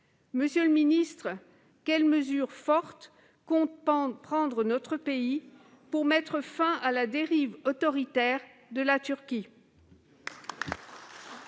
féminicides. Aussi, quelles mesures fortes compte prendre notre pays pour mettre fin à la dérive autoritaire de la Turquie ?